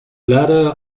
ladder